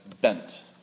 bent